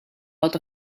out